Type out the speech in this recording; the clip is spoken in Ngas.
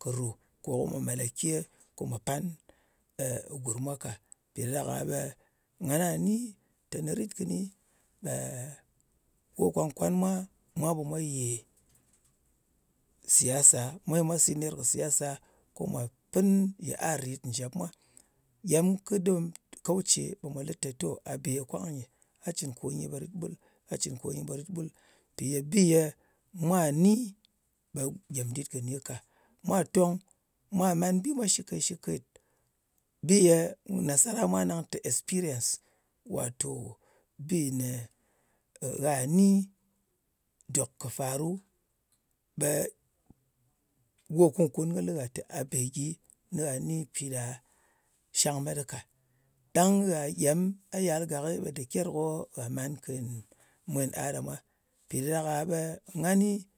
kɨ ru kò ko mwa malake, ko mwa pan gurm mwa ka. Mpì ɗa ɗak-a ɓe ngana ni teni rit kɨni ɓe go kwan-kwan mwā, mwa ɓe mwa yē siyasa, mwa ɓe mwa sit ner kɨ siyasa ko mwà pɨn yiar rit njèp mwa. Gyem kɨ ɗom kauce ɓe mwa lɨ te, a bē kwang nyɨ. A cɨn kò nyì ɓe rit ɓul, a cɨn ko nyi ɓe rit ɓul. Mpì ye bi ye bi mwa ni, ɓe gyem dit kɨ ni ka. Mwa tòng, mwà man bi mwa shɨkēt-shɨkēt. Bi ye nasara mwa nang tē espiriyence, wàto bi nè gha ni dòk kɨ faru ɓe go kun-kun kɨ lɨ ngha teni gha be gyi, nɨ gha pi ɗa shang met ɗɨ ka. Ɗang gha gyem gha yal gakɨ ɓe daker ko gha man kèn en a ɗa mwa. Mpì ɗa ɗak-a ɓe ngan ni,